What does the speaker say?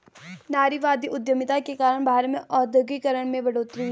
नारीवादी उधमिता के कारण भारत में औद्योगिकरण में बढ़ोतरी हुई